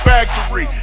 Factory